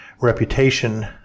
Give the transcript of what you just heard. reputation